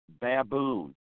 baboon